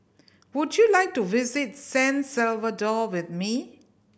would you like to visit San Salvador with me